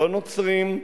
לא נוצרים,